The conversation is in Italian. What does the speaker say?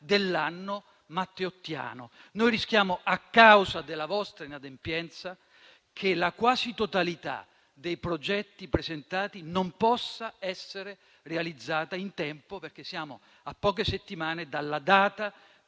dell'anno matteottiano. Noi rischiamo, a causa della vostra inadempienza, che la quasi totalità dei progetti presentati non possa essere realizzata in tempo, perché siamo a poche settimane dalla data